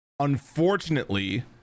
Unfortunately